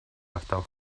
ardal